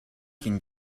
can